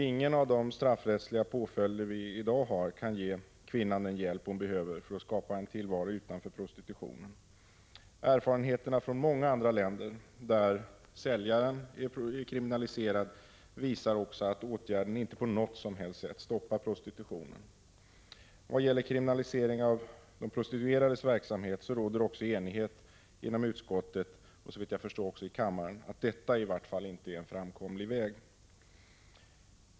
Ingen av de straffrättsliga påföljder vi i dag har kan ge kvinnan den hjälp hon behöver för att skapa en tillvaro utanför prostitutionen. Erfarenheterna från många andra länder där säljaren är kriminaliserad visar även att en sådan åtgärd inte på något sätt stoppar prostitutionen. Vad gäller kriminalisering av de prostituerades verksamhet råder också enighet inom utskottet — och såvitt jag förstår också i kammaren — att detta i vart fall inte är en framkomlig väg.